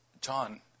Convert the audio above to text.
John